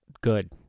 good